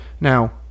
Now